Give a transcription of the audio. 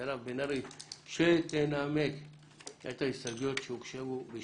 "שימונה על ידי".